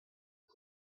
you